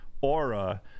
aura